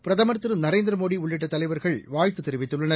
பிரதமர் திரு நரேந்திர மோடி உள்ளிட்ட தலைவர்கள் வாழ்த்துத் தெரிவித்துள்ளனர்